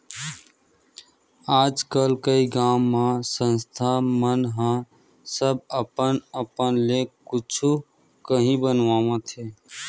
आजकल कइ गाँव म संस्था मन ह सब अपन अपन ले कुछु काही बनावत हे